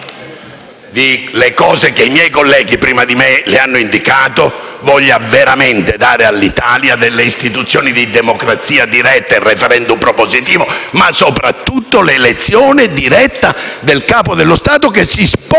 i colleghi che mi hanno preceduto gli hanno indicato, voglia veramente dare all'Italia istituzioni di democrazia diretta, il *referendum* propositivo, ma soprattutto l'elezione diretta del Capo dello Stato, che si sposa